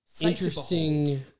interesting